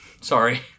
sorry